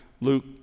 Luke